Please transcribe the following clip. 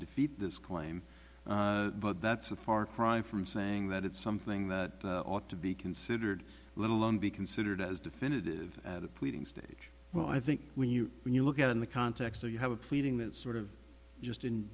defeat this claim but that's a far cry from saying that it's something that ought to be considered let alone be considered as definitive pleading stage well i think when you when you look at in the context or you have a pleading that sort of just in